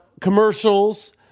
commercials